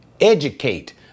educate